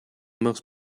most